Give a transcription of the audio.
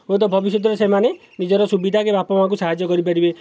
ହୁଏତ ଭବିଷ୍ୟତରେ ସେମାନେ ନିଜର ସୁବିଧା କି ବାପାମାଆଙ୍କୁ ସାହାଯ୍ୟ କରିପାରିବେ